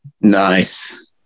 Nice